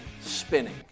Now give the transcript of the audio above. spinning